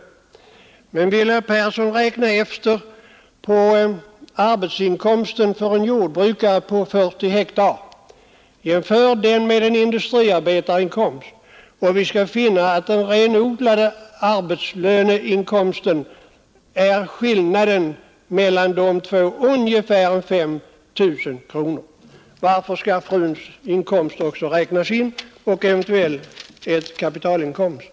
Om herr Persson i Skänninge räknar ut arbetsinkomsten för en jordbrukare som har 40 hektar och jämför den med en industriarbetares inkomst skall han finna att industriarbetaren har ungefär 5 000 kronor mer i renodlad arbetslöneinkomst. Jag upprepar frågan varför en jordbrukares eventuella kapitalinkomst, fruns och barnens arbete skall räknas in när det gäller att fastställa lönsamheten.